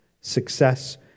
success